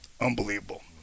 unbelievable